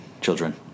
children